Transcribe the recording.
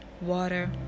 water